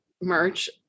merch